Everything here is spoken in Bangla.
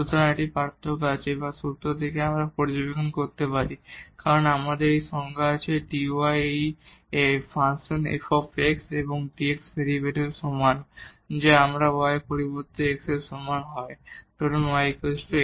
সুতরাং একটি পার্থক্য আছে বা সূত্র থেকেই আমরা পর্যবেক্ষণ করতে পারি কারণ আমাদের এই সংজ্ঞা আছে dy এই f এবং dx এর ডেরিভেটিভের সমান এবং যদি আমরা y এর পরিবর্তে x এর সমান হয় ধরুন y x